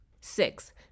Six